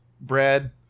bread